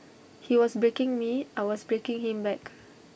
he was breaking me I was breaking him back